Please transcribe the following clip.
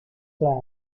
claro